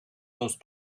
most